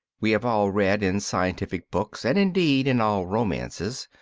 we have all read in scientific books, and, indeed, in all romances,